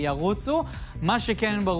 חבר הכנסת יצחק כהן,